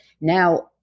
now